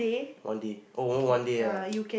one day promo one day ah